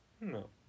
No